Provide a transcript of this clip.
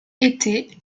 était